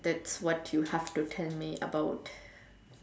that's what you have to tell me about